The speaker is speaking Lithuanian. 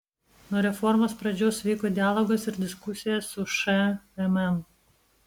nuo reformos pradžios vyko dialogas ir diskusija su šmm